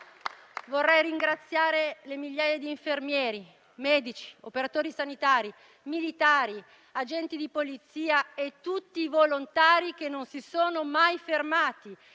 vorrei ringraziare le migliaia di infermieri, medici, operatori sanitari, militari, agenti di polizia e tutti i volontari che non si sono mai fermati